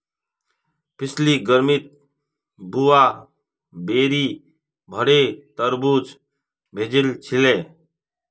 पिछली गर्मीत बुआ बोरी भोरे तरबूज भेजिल छिले